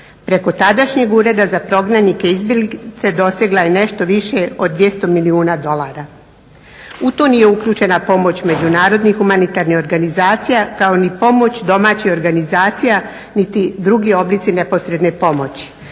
preko tadašnjeg Ureda za prognanike i izbjeglice dosegla je nešto više od 200 milijuna dolara. u to nije uključena pomoć međunarodnih humanitarnih organizacija kao ni pomoć domaćih organizacija niti drugi oblici neposredne pomoći.